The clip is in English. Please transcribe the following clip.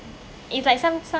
if like some some